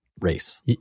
race